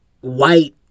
white